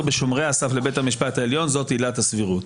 בשומרי הסף לבית המשפט העליון זו עילת הסבירות.